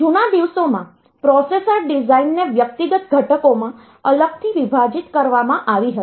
જૂના દિવસોમાં પ્રોસેસર ડિઝાઇનને વ્યક્તિગત ઘટકોમાં અલગથી વિભાજિત કરવામાં આવી હતી